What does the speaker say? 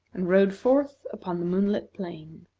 and rode forth upon the moonlit plain.